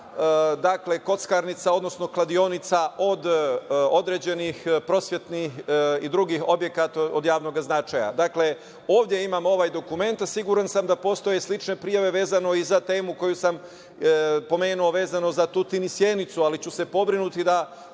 dakle kockarnica, odnosno kladionica od određenih prosvetnih i drugih objekata od javnog značaja. Dakle, ovde imamo ovaj dokument, a siguran sam da postoje slične prijave vezano i za temu koju sam pomenuo, vezano za Tutin i Sjenicu, ali ću se pobrinuti da